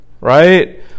right